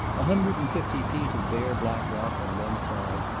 a hundred and fifty feet of bare black rock on one side,